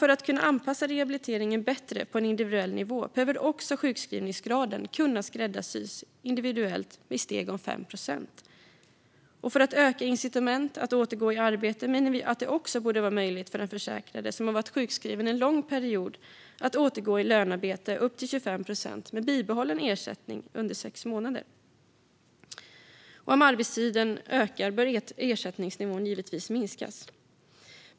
För att kunna anpassa rehabiliteringen bättre på en individuell nivå behöver också sjukskrivningsgraden kunna skräddarsys individuellt med steg om 5 procent. För att öka incitamentet att återgå i arbete menar vi att det också borde vara möjligt för en försäkrad som har varit sjukskriven en lång period att återgå i lönearbete med upp till 25 procent med bibehållen ersättning under sex månader. Om arbetstiden ökar bör ersättningsnivån givetvis minskas.